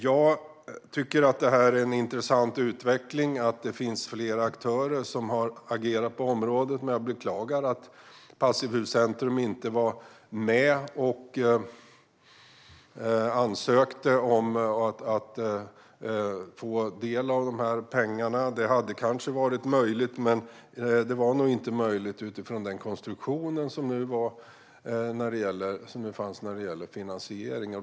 Jag tycker att utvecklingen med att flera aktörer agerar på området är intressant, men jag beklagar att Passivhuscentrum inte var med och ansökte om att få del av dessa pengar. Det hade kanske varit möjligt. Men det var nog inte möjligt utifrån den konstruktion som fanns vad gäller finansieringen.